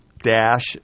dash